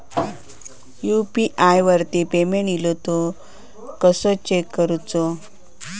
UPI वरती payment इलो तो कसो चेक करुचो?